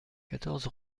quatorze